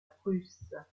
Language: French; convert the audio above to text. prusse